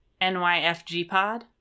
NYFGpod